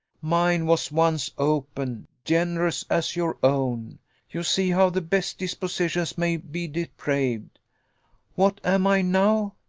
mine was once open, generous as your own you see how the best dispositions may be depraved what am i now?